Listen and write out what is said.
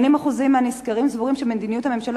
80% מהנסקרים סבורים שמדיניות הממשלה